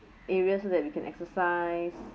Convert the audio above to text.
areas so that we can exercise